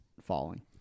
falling